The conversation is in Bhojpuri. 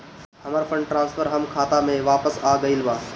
हमर फंड ट्रांसफर हमर खाता में वापस आ गईल बा